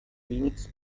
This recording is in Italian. phoenix